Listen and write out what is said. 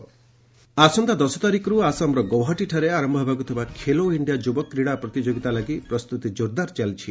Khelo India ଆସନ୍ତା ଦଶ ତାରିଖରୁ ଆସାମର ଗୌହାଟୀରେ ଆରମ୍ଭ ହେବାକୁ ଥିବା ଖେଲୋ ଇଣ୍ଡିଆ ଯୁବ କ୍ରୀଡ଼ା ପ୍ରତିଯୋଗିତା ଲାଗି ପ୍ରସ୍ତୁତି ଜୋରଦାର ଚାଲିଛି